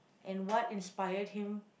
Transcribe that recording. and what inspired him